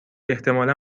احتمالا